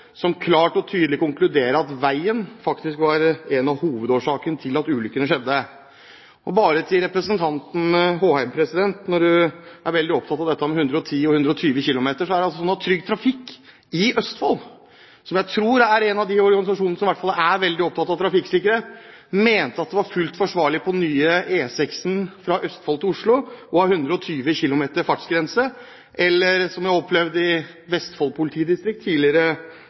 som klart og tydelig konkluderer med at veien er faktisk en av hovedårsakene til at ulykkene skjer. Til representanten Håheim som er veldig opptatt av dette med 110 km/t og 120 km/t: Det er altså slik at Trygg Trafikk i Østfold, som jeg tror er en av de organisasjonene som i hvert fall er veldig opptatt av trafikksikkerhet, mener at det er fullt forsvarlig på nye E6 fra Østfold til Oslo å ha en fartsgrense på 120 km/t, og jeg opplevde i Vestfold politidistrikt at tidligere